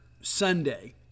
Sunday